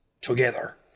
together